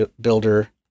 builder